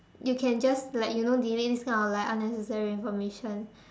you can just like you know delete this kind of like unnecessary information